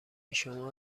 شما